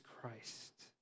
Christ